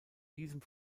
diesem